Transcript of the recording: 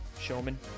showman